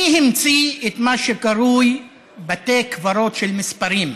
מי המציא את מה שקרוי בתי קברות של מספרים?